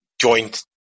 joint